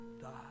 die